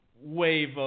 wave